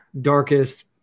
darkest